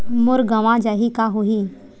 मोर गंवा जाहि का होही?